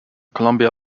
colombia